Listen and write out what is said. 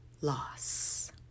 loss